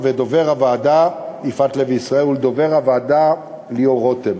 ולדובר הוועדה ליאור רותם.